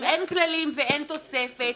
אם אין כללים ואין תוספת,